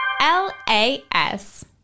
L-A-S